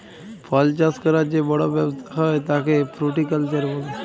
ফল চাষ ক্যরার যে বড় ব্যবসা হ্যয় তাকে ফ্রুটিকালচার বলে